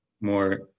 more